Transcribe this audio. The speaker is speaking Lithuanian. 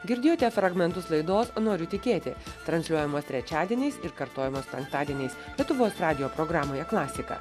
girdėjote fragmentus laidos noriu tikėti transliuojamos trečiadieniais ir kartojamos penktadieniais lietuvos radijo programoje klasika